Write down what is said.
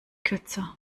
kürzer